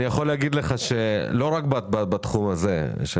אני יכול להגיד לך שלא רק בתחום הזה של